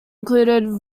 included